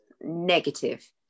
negative